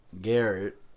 Garrett